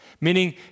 meaning